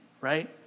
right